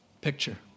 picture